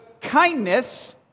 kindness